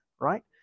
right